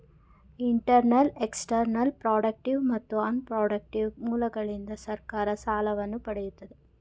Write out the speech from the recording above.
internal, external, productive ಮತ್ತು unproductive ಮೂಲಗಳಿಂದ ಸರ್ಕಾರ ಸಾಲವನ್ನು ಪಡೆಯುತ್ತದೆ